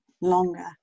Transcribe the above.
longer